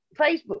Facebook